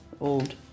old